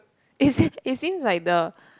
it seem it seems like the